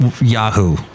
Yahoo